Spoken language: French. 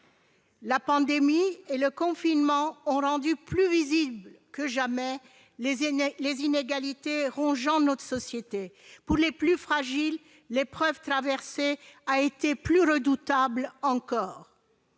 La pandémie et le confinement ont rendu plus visibles que jamais les inégalités rongeant notre société. Pour les plus fragiles, l'épreuve traversée a été plus redoutable encore